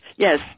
Yes